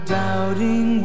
doubting